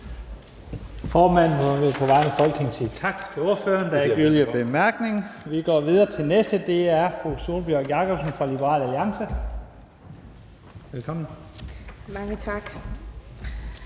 Formanden må vist på vegne af Folketinget sige tak til ordføreren. Der er ikke yderligere korte bemærkninger. Vi går videre til den næste ordfører, og det er fru Sólbjørg Jakobsen fra Liberal Alliance. Velkommen. Kl.